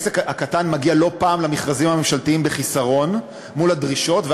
העסק הקטן מגיע לא פעם למכרזים הממשלתיים בחיסרון מול הדרישות,